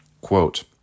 quote